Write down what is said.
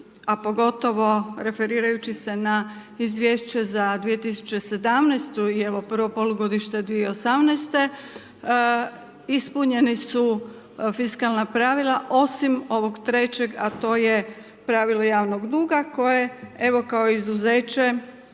a pogotovo referirajući se na izvješće za 2017. i evo prvo polugodište 2018., ispunjena su fiskalna pravila osim ovog trećeg a to je pravilo javnog duga koje, evo kao izuzeće